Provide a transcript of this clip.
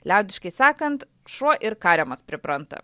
liaudiškai sakant šuo ir kariamas pripranta